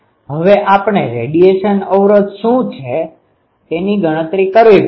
હવે આપણે રેડીયેશન અવરોધ શું છે તેની ગણતરી કરવી પડશે